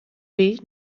wie